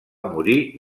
morir